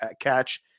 catch